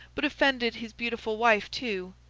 but offended his beautiful wife too,